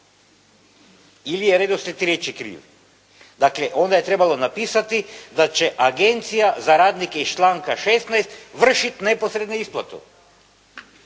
ili je redoslijed riječi kriv. Dakle, onda je trebalo napisati da će agencija za radnike iz članka 16. vršiti neposrednu isplatu.